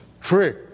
trick